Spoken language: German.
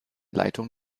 leitung